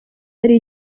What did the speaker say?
hari